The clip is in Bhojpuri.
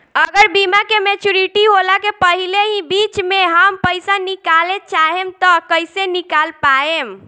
अगर बीमा के मेचूरिटि होला के पहिले ही बीच मे हम पईसा निकाले चाहेम त कइसे निकाल पायेम?